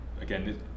again